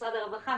משרד הרווחה,